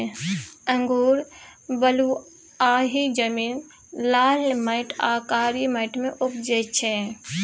अंगुर बलुआही जमीन, लाल माटि आ कारी माटि मे उपजै छै